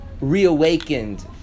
reawakened